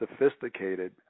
sophisticated